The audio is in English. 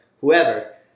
whoever